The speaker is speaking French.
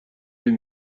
deux